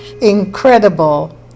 incredible